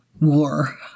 war